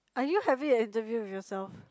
are you having an interview yourself